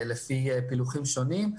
לפי פילוחים שונים,